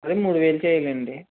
అదే మూడు వేలు చేయాలి అండి